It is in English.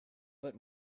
but